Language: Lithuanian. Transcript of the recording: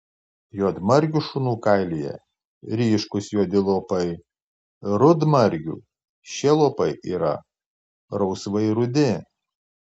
juodmargių šunų kailyje ryškūs juodi lopai rudmargių šie lopai yra rausvai rudi